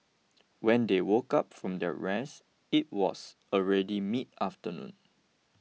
when they woke up from their rest it was already midafternoon